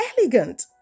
elegant